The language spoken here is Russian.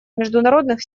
международных